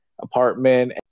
apartment